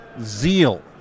Zeal